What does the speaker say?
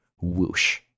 whoosh